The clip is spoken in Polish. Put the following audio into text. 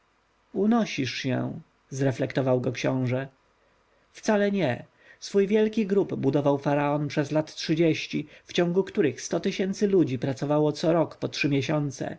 unosisz się reflektował go książę wcale nie swój wielki grób budował faraon przez lat trzydzieści w ciągu których sto tysięcy ludzi pracowało co rok po trzy miesiące